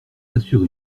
assure